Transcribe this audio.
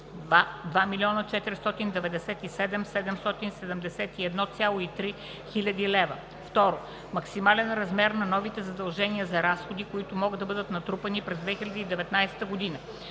2019 г. 2 497 771,3 хил. лв. 2. Максимален размер на новите задължения за разходи, които могат да бъдат натрупани през 2019 г.